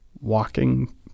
walking